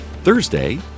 Thursday